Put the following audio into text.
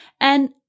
And-